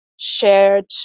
shared